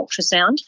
ultrasound